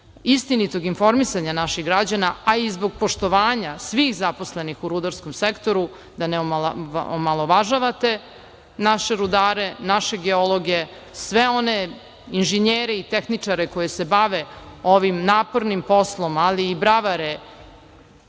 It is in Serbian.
istinitog informisanja naših građana, a i zbog poštovanja svih zaposlenih u rudarskom sektoru, da ne omalovažavate naše rudare, naše geologe, sve one inženjere i tehničare koji se bave ovim napornim poslom, ali i bravare